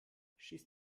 stehst